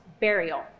burial